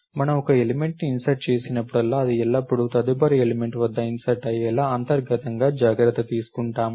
మనము ఒక ఎలిమెంట్ ని ఇన్సర్ట్ చేసినప్పుడల్లా అది ఎల్లప్పుడూ తదుపరి ఎలిమెంట్ వద్ద ఇన్సర్ట్ అయ్యేలా అంతర్గతంగా జాగ్రత్త తీసుకుంటాము